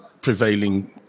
prevailing